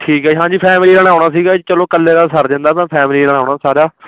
ਠੀਕ ਹੈ ਹਾਂਜੀ ਫੈਮਲੀ ਨਾਲ ਆਉਣਾ ਸੀਗਾ ਚਲੋ ਇਕੱਲੇ ਦਾ ਸਰ ਜਾਂਦਾ ਤਾਂ ਫੈਮਲੀ ਨਾਲ ਆਉਣਾ ਸਾਰਾ